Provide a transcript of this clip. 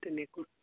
তেনেকৈ